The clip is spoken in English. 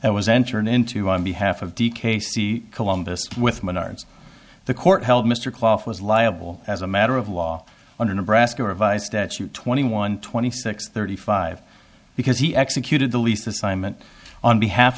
was entered into on behalf of dk c columbus with menards the court held mr claus was liable as a matter of law under nebraska revised statute twenty one twenty six thirty five because he executed the lease assignment on behalf